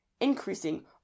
increasing